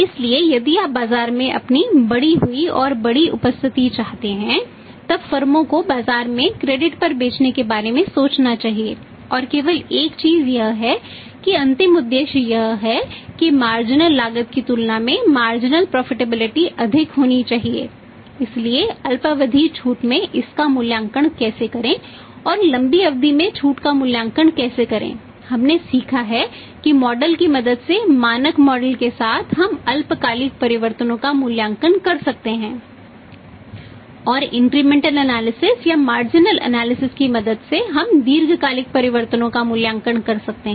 इसलिए यदि आप बाजार में अपनी बढ़ी हुई और बड़ी उपस्थिति चाहते हैं तब फर्मों की मदद से हम दीर्घकालिक परिवर्तनों का मूल्यांकन कर सकते हैं